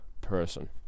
person